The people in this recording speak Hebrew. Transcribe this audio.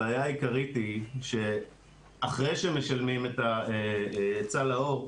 הבעיה העיקרית היא שאחרי שמשלמים את סל לאור,